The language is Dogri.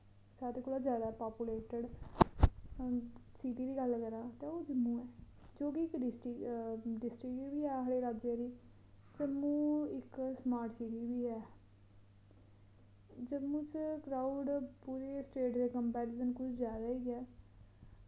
सारें कोला जैदा पापुलेटेड सिटी दी गल्ल करां ते ओह् जम्मू ऐ जो बी इक डिस्ट्रिक डिस्ट्रिक बी आखदे राज्य गी जम्मू इक स्मार्ट सिटी वि ऐ जम्मू च क्राउड पूरे स्टेट दे कंपैरिजन कुछ जैदा ही ऐ